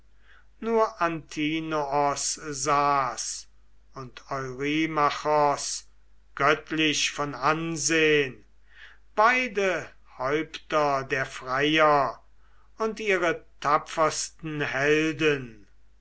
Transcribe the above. nur antinoos saß und